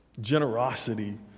generosity